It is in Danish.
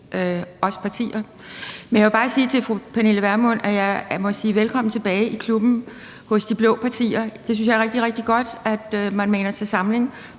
os partier imellem. Men jeg må bare sige til fru Pernille Vermund: Velkommen tilbage i klubben hos de blå partier. Jeg synes, det er rigtig, rigtig godt, at man maner til samling,